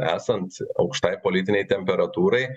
esant aukštai politinei temperatūrai